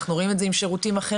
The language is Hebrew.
אנחנו רואים את זה עם שירותים אחרים.